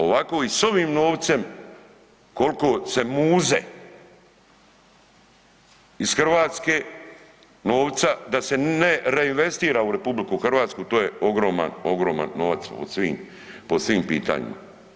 Ovako i s ovim novcem kolko se muze iz Hrvatske novca da se ne reinvestira u RH, to je ogroman, ogroman novac po svim, po svim pitanjima.